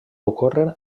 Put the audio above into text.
ocórrer